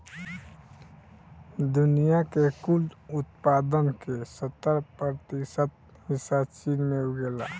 दुनिया के कुल उत्पादन के सत्तर प्रतिशत हिस्सा चीन में उगेला